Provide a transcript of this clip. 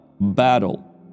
battle